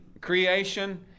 creation